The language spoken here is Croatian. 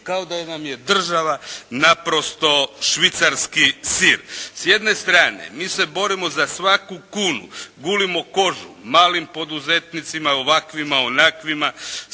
Kao da nam je država naprosto švicarski sir. S jedne strane mi se borimo za svaku kunu. Gulimo kožu malim poduzetnicima, ovakvima, onakvima,